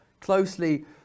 Closely